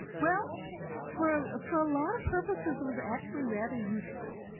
well for, for a lot of purposes it was actually rather useful.